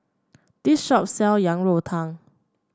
this shop sell Yang Rou Tang